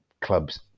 clubs